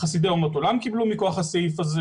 חסידי אומות עולם קיבלו מכוח הסעיף הזה,